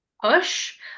push